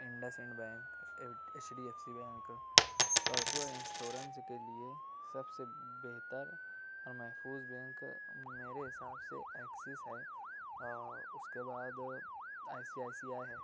Indus and bank H D F C bank قرضوں insurance کے لیے سب سے بہتر اور محفوظ بینک میرے حساب سے ایکسس ہے اس کے بعد I C I C I ہے